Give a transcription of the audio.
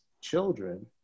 children